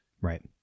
right